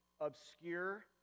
obscure